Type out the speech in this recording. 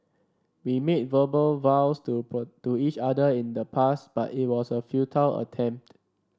we made verbal vows to to each other in the past but it was a futile attempt